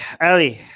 Ali